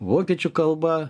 vokiečių kalba